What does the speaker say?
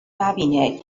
نبینه